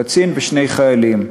קצין ושני חיילים.